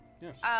Yes